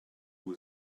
who